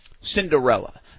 Cinderella